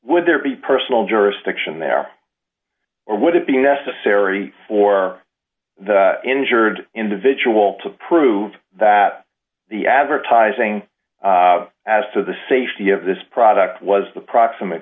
would there be personal jurisdiction there or would it be necessary for the injured individual to prove that the advertising as to the safety of this product was the proximate